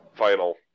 final